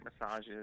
massages